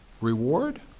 reward